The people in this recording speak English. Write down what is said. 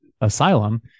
asylum